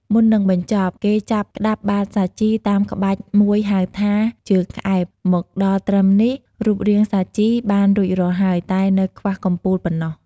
មុននឹងបញ្ចប់ គេចាប់ក្ដាប់បាតសាជី តាមក្បាច់មួយហៅថា ជើងក្អែប មកដល់ត្រឹមនេះ រូបរាងសាជីបានរួចរាល់ហើយ តែនៅខ្វះកំពូលប៉ុណ្ណោះ។